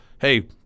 hey